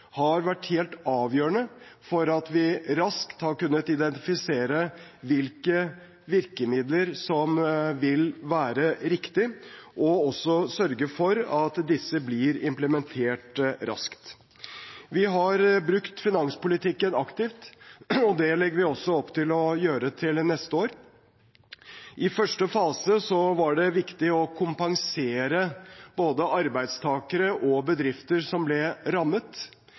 har vært helt avgjørende for at vi raskt har kunnet identifisere hvilke virkemidler som vil være riktig, og også sørge for at disse blir implementert raskt. Vi har brukt finanspolitikken aktivt, og det legger vi også opp til å gjøre til neste år. I første fase var det viktig å kompensere både arbeidstakere og bedrifter som ble rammet.